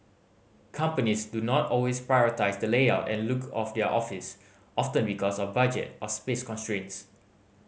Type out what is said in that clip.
companies do not always prioritise the layout and look of their office often because of budget or space constraints